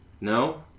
No